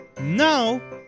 now